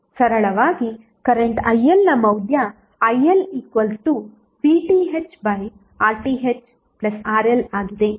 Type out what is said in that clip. ಸರಳವಾಗಿ ಕರೆಂಟ್ ILನ ಮೌಲ್ಯ ILVThRThRL ಆಗಿದೆ